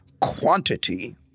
quantity